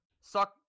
suck